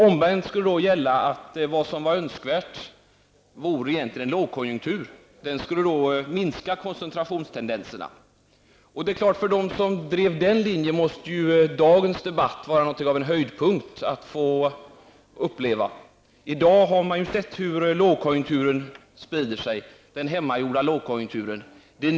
Omvänt skulle tydligen gälla att det egentligen vore önskvärt med en lågkonjunktur. Då skulle koncentrationstendenserna minska. För dem som drev den linjen måste dagens debatt vara något av en höjdpunkt att få uppleva. I dag har man sett hur den hemmagjorda lågkonjunkturen sprider sig.